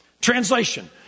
Translation